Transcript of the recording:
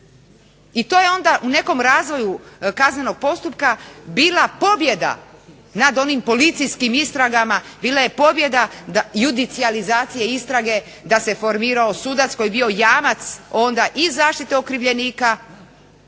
I to je onda u nekom razvoju kaznenog postupka bila pobjeda nad onim policijskim istragama, bila je pobjeda judicijalizacije istrage da se formirao sudac koji je bio jamac onda i zaštite okrivljenika